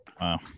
Wow